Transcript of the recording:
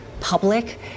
Public